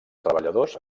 treballadors